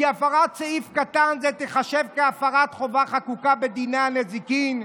"כי הפרת סעיף קטן (א) תיחשב כהפרת חובה חקוקה בדיני הנזיקין,